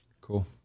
Cool